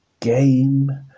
game